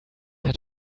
had